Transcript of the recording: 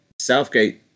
Southgate